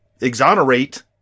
exonerate